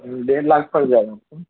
ڈیڑھ لاکھ پڑ جائے گا آپ کو